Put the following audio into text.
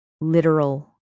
literal